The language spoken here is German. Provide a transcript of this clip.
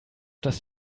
das